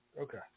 Okay